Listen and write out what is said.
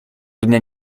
dnia